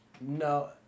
No